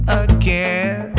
again